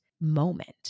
moment